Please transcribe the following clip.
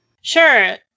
Sure